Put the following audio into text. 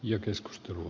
ja keskustelu